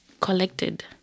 collected